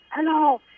hello